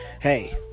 hey